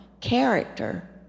character